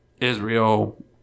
Israel